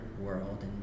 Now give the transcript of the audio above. world